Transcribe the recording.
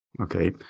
Okay